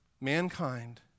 Mankind